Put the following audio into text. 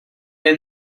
neu